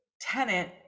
tenant